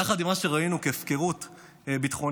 יחד עם מה שראינו כהפקרות ביטחונית,